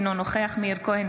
אינו נוכח מאיר כהן,